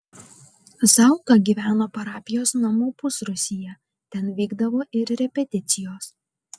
zauka gyveno parapijos namų pusrūsyje ten vykdavo ir repeticijos